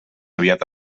aviat